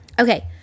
Okay